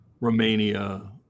Romania